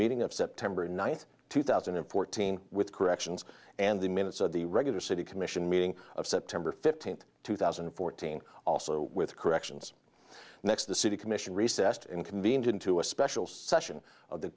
meeting of september ninth two thousand and fourteen with corrections and the minutes of the regular city commission meeting of september fifteenth two thousand and fourteen also with corrections next the city commission recessed and convened into a special session of the